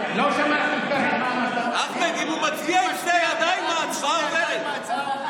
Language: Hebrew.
אם הוא ירים שתי ידיים, ההצעה תעבור.